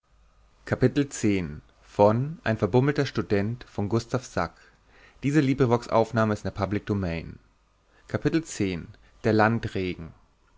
ein verbummelter student